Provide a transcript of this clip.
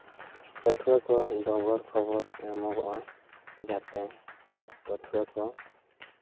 ᱯᱟᱹᱴᱷᱩᱣᱟᱹ ᱠᱚ ᱰᱚᱜᱚᱨ ᱠᱷᱚᱵᱚᱨ ᱮᱢᱚᱜᱚᱜᱼᱟ ᱡᱟᱛᱮ ᱯᱟᱹᱴᱷᱩᱣᱟᱹ ᱠᱚ